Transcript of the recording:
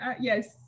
yes